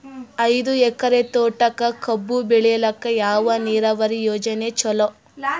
ಐದು ಎಕರೆ ತೋಟಕ ಕಬ್ಬು ಬೆಳೆಯಲಿಕ ಯಾವ ನೀರಾವರಿ ಯೋಜನೆ ಚಲೋ?